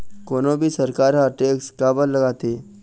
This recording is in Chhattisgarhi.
कोनो भी सरकार ह टेक्स काबर लगाथे?